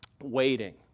waiting